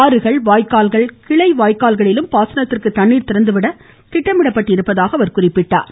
ஆறுகள் வாய்க்கால்கள் கிளை வாய்க்கால்களிலும் பாசனத்திற்கு தண்ணீர் திறந்துவிட திட்டமிடப்பட்டுள்ளதாகவும் அவர் கூறினார்